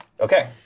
Okay